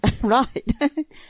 right